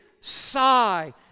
sigh